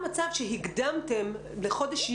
המחשבה שהקורונה תהיה איתנו עוד כמה חודשים היא בהחלט סבירה,